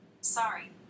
Sorry